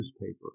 newspaper